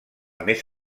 més